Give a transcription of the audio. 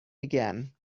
again